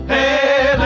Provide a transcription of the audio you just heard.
Hey